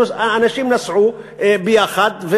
אנשים נסעו ביחד,